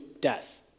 death